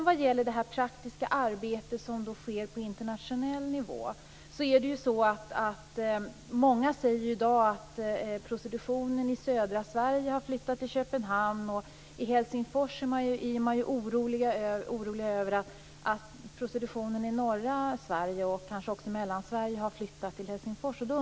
Vad sedan gäller det praktiska arbete som bedrivs på internationell nivå säger många i dag att prostitutionen i södra Sverige har flyttat till Köpenhamn och att man i Helsingfors är orolig över att prostitutionen i norra Sverige och kanske också i Mellansverige har flyttat till Helsingfors.